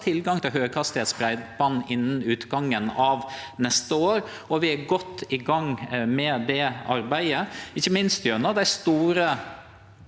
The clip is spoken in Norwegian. tilgang til høghastigheitsbreiband innan utgangen av neste år. Vi er godt i gang med det arbeidet, ikkje minst gjennom dei store